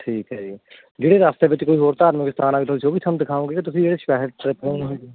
ਠੀਕ ਐ ਜੀ ਜਿਹੜੇ ਰਸਤੇ ਵਿੱਚ ਕੋਈ ਹੋਰ ਧਾਰਮਿਕ ਸਥਾਨ ਆ ਜਾਏ ਤੁਸੀਂ ਉਹ ਵੀ ਸਾਨੂੰ ਦਿਖਾਓਗੇ ਕਿ ਤੁਸੀਂ ਜਿਹੜੇ ਸ਼ਹਿਰ 'ਚ ਉਹ ਦਿਖਾਓਗੇ